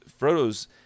Frodo's